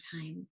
time